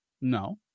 No